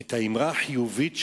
את האמירה החיובית שלו,